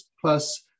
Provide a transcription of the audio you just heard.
plus